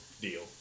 deal